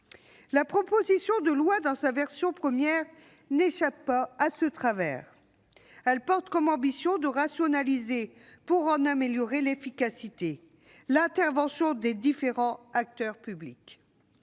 La proposition de loi, dans sa version première, n'échappait pas à ce travers. Elle porte comme ambition de rationaliser, pour en améliorer l'efficacité, l'intervention des différents acteurs publics.